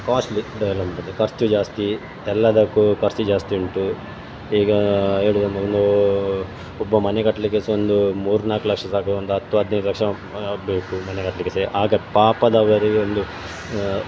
costly development ಖರ್ಚು ಜಾಸ್ತಿ ಎಲ್ಲದಕ್ಕು ಖರ್ಚು ಜಾಸ್ತಿ ಉಂಟು ಈಗ ಹೇಳುದಂದ್ರೆ ಒಂದು ಒಬ್ಬ ಮನೆ ಕಟ್ಟಲಿಕ್ಕೆ ಸಹ ಒಂದು ಮೂರು ನಾಲ್ಕು ಲಕ್ಷ ಸಾಕು ಒಂದು ಹತ್ತು ಹದಿನೈದು ಲಕ್ಷ ಬೇಕು ಮನೆ ಕಟ್ಟಲಿಕ್ಕೆ ಸಹ ಆಗ ಪಾಪದವರಿಗೆ ಒಂದು